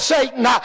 Satan